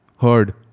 Heard